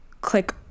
click